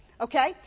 Okay